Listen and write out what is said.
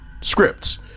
scripts